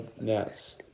Nets